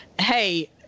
hey